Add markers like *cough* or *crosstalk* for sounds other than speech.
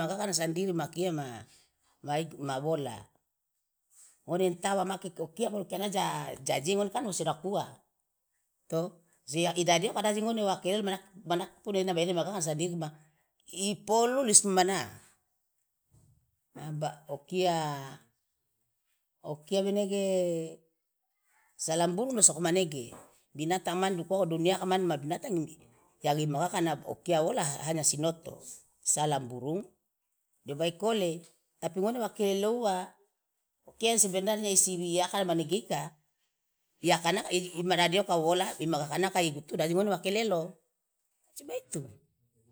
Magakana sandiri ma kia ma ma wola ngone entah wa make okia bolo kia na ja je kan ngone wosi odakuwa to so idadi oka aje ngone wa kelelo madake *unintelligible* ena imagakana sandiri ipolulu ismomana *unintelligible* okia *hesitation* okia menege salamburung lo so komanege binatang man duniaka man ma binatang yang imagakana okia wola hanya sinoto salamburung de baikole tapi ngone wa kelelo uwa okia sebenarnya isi akana manege ika *noise* iakanaka imadadi oka wola imagakanaka igutu de aje ngone wo kelelo cuma itu.